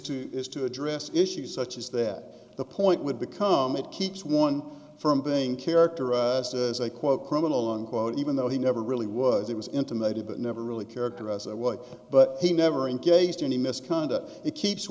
to is to address issues such as that the point would become it keeps one from being characterized as a quote criminal on quote even though he never really was it was intimated that never really characterize what but he never engaged any misconduct it keeps